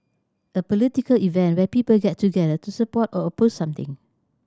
a political event where people get together to support or oppose something